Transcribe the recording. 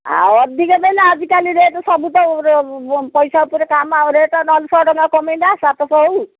ଆଉ ଅଧିକ ନେଉନି ଆଜିକାଲି ରେଟ୍ ସବୁ ତ ପଇସା ଉପରେ କାମ ଆଉ ରେଟ୍ ନହେଲେ ଶହେ ଟଙ୍କା କମେଇ ଦେବା ନା ସାତଶହ ହେଉ